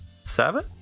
seven